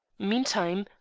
meantime,